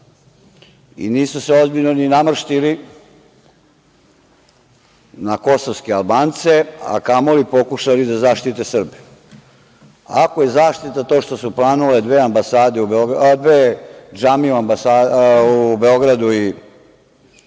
i nisu se ozbiljno ni namrštili na kosovske Albance, a kamoli pokušali da zaštite Srbe. Ako je zaštita to što su planule dve džamije u Beogradu i Nišu,